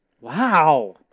Wow